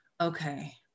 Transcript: okay